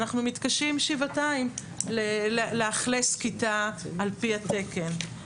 אנחנו מתקשים שבעתיים לאכלס כיתה על פי התקן.